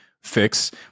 fix